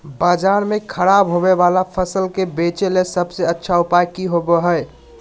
बाजार में खराब होबे वाला फसल के बेचे ला सबसे अच्छा उपाय की होबो हइ?